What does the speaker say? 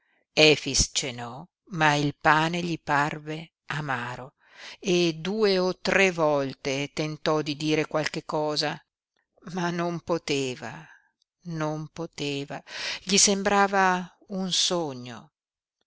ripassarono efix cenò ma il pane gli parve amaro e due o tre volte tentò di dire qualche cosa ma non poteva non poteva gli sembrava un sogno